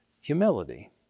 humility